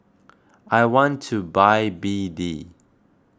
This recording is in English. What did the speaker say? I want to buy B D